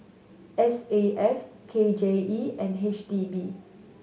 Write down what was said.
S A F K J E and H D B